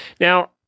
Now